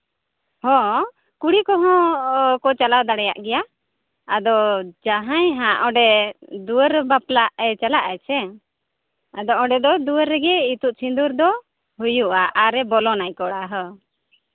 ᱦᱚᱸ ᱠᱩᱲᱤ ᱠᱚᱦᱚᱸ ᱠᱚ ᱪᱟᱞᱟᱣ ᱫᱟᱲᱮᱭᱟᱜ ᱜᱮᱭᱟ ᱟᱫᱚ ᱡᱟᱦᱟᱸᱭ ᱦᱟᱸᱜ ᱚᱸᱰᱮ ᱫᱩᱣᱟᱹᱨ ᱵᱟᱯᱞᱟᱜ ᱮ ᱪᱟᱞᱟᱜᱼᱟᱭ ᱥᱮ ᱟᱫᱚ ᱚᱸᱰᱮ ᱫᱚ ᱫᱩᱣᱟᱹᱨ ᱨᱮᱜᱮ ᱤᱛᱩᱫ ᱥᱤᱸᱫᱩᱨ ᱫᱚ ᱦᱩᱭᱩᱜᱼᱟ ᱟᱨᱮᱭ ᱵᱚᱞᱚᱱᱟ ᱠᱚᱲᱟ ᱦᱚᱸ